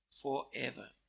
forever